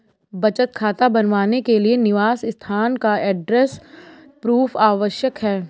बचत खाता बनवाने के लिए निवास स्थान का एड्रेस प्रूफ आवश्यक है